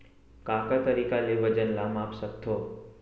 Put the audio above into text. का का तरीक़ा ले वजन ला माप सकथो?